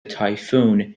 typhoon